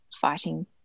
fighting